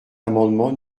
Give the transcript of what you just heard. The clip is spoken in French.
l’amendement